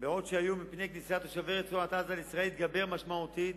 בעוד שהאיום מפני כניסת תושבי רצועת-עזה לישראל התגבר משמעותית,